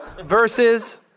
versus